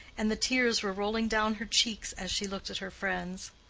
and the tears were rolling down her cheeks as she looked at her friends.